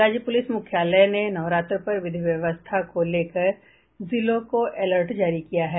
राज्य पुलिस मुख्यालय ने नवरात्र पर विवि व्यवस्था को लेकर जिलों को अलर्ट जारी किया है